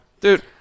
Dude